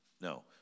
No